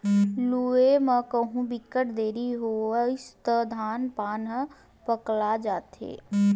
लूए म कहु बिकट देरी होइस त धान पान ह पकला जाथे